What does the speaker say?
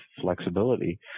flexibility